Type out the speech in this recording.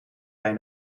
hij